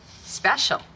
special